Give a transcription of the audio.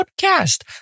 podcast